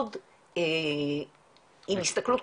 מאוד עם הסתכלות,